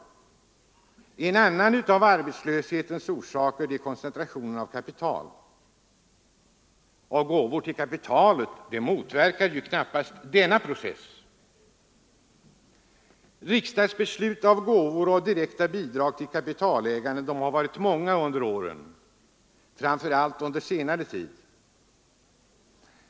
En annan av arbetslöshetens orsaker är koncentrationen av kapital. Gåvor till kapitalet motverkar ju knappast denna process. Riksdagsbesluten om gåvor och direkta bidrag till kapitalägarna har varit många under åren, framför allt under senare tid.